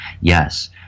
Yes